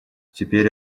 теперь